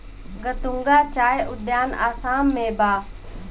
गतूंगा चाय उद्यान आसाम में बा